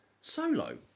solo